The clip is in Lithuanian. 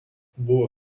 buvo